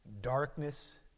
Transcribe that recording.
Darkness